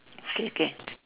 okay